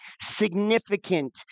significant